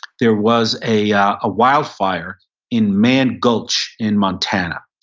there was a ah ah wildfire in mann gulch in montana.